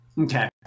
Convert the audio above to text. okay